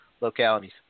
localities